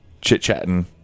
chit-chatting